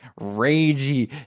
ragey